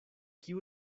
kiu